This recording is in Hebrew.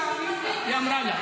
היא אמרה לה.